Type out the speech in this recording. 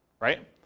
right